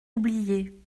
oubliés